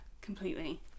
completely